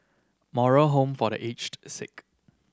Moral Home for The Aged Sick